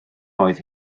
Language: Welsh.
oedd